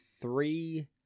three